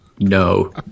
No